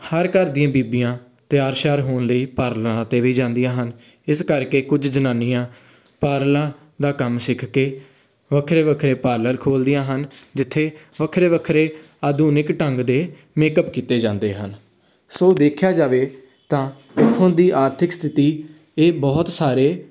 ਹਰ ਘਰ ਦੀਆਂ ਬੀਬੀਆਂ ਤਿਆਰ ਸ਼ਿਆਰ ਹੋਣ ਲਈ ਪਾਰਲਰਾਂ 'ਤੇ ਵੀ ਜਾਂਦੀਆਂ ਹਨ ਇਸ ਕਰਕੇ ਕੁਝ ਜਨਾਨੀਆਂ ਪਾਰਲਰਾਂ ਦਾ ਕੰਮ ਸਿੱਖ ਕੇ ਵੱਖਰੇ ਵੱਖਰੇ ਪਾਰਲਰ ਖੋਲ੍ਹਦੀਆਂ ਹਨ ਜਿੱਥੇ ਵੱਖਰੇ ਵੱਖਰੇ ਆਧੁਨਿਕ ਢੰਗ ਦੇ ਮੇਕਅਪ ਕੀਤੇ ਜਾਂਦੇ ਹਨ ਸੋ ਦੇਖਿਆ ਜਾਵੇ ਤਾਂ ਇੱਥੋਂ ਦੀ ਆਰਥਿਕ ਸਥਿਤੀ ਇਹ ਬਹੁਤ ਸਾਰੇ